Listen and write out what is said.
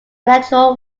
electoral